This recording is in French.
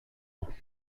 ans